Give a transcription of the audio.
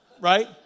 right